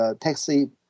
Taxi